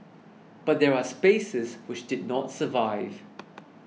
but there are spaces which did not survive